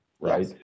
right